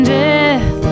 death